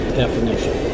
definition